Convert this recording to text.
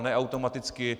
Ne automaticky.